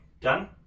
done